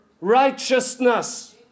righteousness